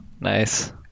nice